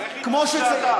אבל איך ידעו שזה אתה?